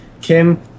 Kim